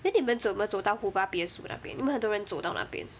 then 你们怎么走到虎豹別墅那边因为很多人走到那边